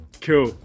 cool